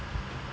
ya